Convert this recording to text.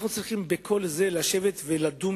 אנו צריכים על כל זה לשבת ולדון